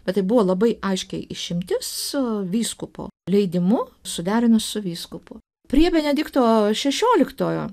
bet tai buvo labai aiškiai išimtis su vyskupo leidimu suderinus su vyskupu prie benedikto šešioliktojo